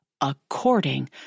according